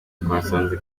twasanze